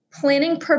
planning